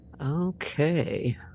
Okay